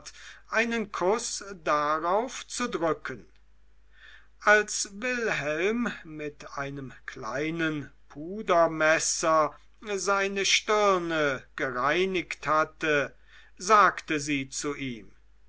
einen kuß darauf zu drücken als wilhelm mit einem kleinen pudermesser seine stirn gereinigt hatte sagte sie zu ihm